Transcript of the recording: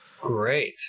great